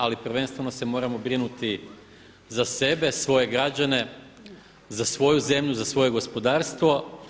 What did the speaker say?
Ali prvenstveno se moramo brinuti za sebe, svoje građane, za svoju zemlju, za svoje gospodarstvo.